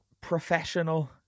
professional